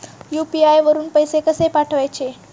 UPI वरून पैसे कसे पाठवायचे?